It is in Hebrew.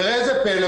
וראה זה פלא,